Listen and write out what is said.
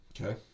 Okay